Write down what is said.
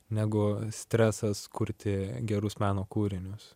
negu stresas kurti gerus meno kūrinius